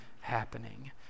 happening